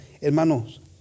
Hermanos